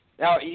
Now